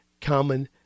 common